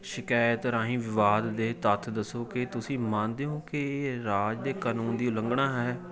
ਸ਼ਿਕਾਇਤ ਰਾਹੀਂ ਵਿਵਾਦ ਦੇ ਤੱਥ ਦੱਸੋ ਕਿ ਤੁਸੀਂ ਮੰਨਦੇ ਹੋ ਕਿ ਇਹ ਰਾਜ ਦੇ ਕਾਨੂੰਨ ਦੀ ਉਲੰਘਣਾ ਹੈ